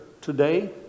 today